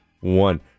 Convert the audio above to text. one